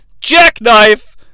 Jackknife